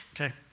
okay